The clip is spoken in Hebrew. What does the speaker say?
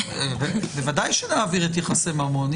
בוודאי שנעביר את יחסי הממון.